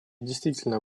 действительно